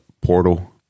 portal